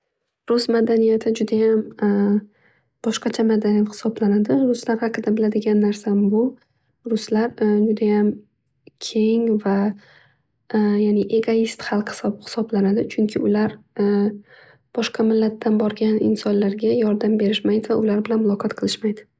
Rus madaniyati judayam boshqacha madaniyat hisoblanadi. Ular haqida biladigan narsam bu ruslar judayam keng va egoist xalq hisoblanadi chunki ular boshqa millatdan borgan insonlarga yordam berishmaydi va muloqot qilishmaydi.